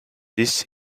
this